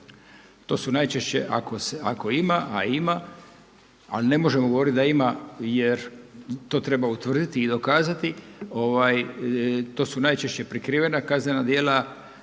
To su najčešće ako ima, a ima, ali ne možemo govoriti da ima jer to treba utvrditi i dokazati, to su najčešće prikrivena kaznena djela.